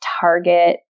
target